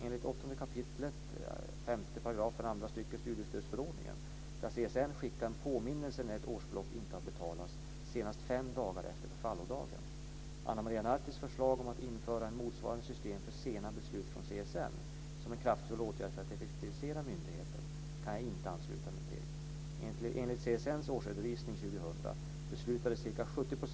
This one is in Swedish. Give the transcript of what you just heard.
Enligt 8 kap. 5 § CSN skicka en påminnelse när ett årsbelopp inte har betalats senast fem dagar efter förfallodagen. Ana Maria Nartis förslag om att införa ett motsvarande system för sena beslut från CSN, som en kraftfull åtgärd för att effektivisera myndigheten, kan jag inte ansluta mig till.